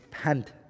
hand